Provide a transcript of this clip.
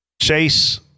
Chase